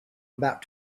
about